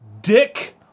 Dick